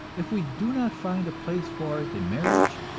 if we do not find a place for it in marriage,